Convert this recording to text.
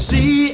See